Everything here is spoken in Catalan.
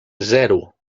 zero